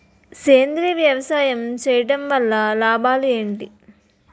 సేంద్రీయ వ్యవసాయం చేయటం వల్ల లాభాలు ఏంటి?